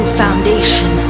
foundation